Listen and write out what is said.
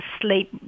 sleep